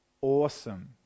awesome